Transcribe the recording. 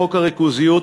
חוק הריכוזיות,